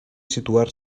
situar